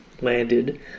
landed